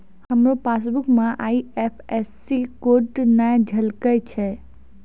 हमरो पासबुक मे IFSC code नै झलकै छै